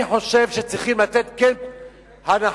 אני חושב שצריך לתת הנחות